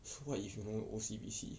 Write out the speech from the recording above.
so what if you know O_C_B_C